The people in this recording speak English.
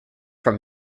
from